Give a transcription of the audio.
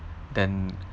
then